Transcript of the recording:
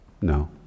No